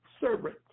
servant